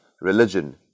religion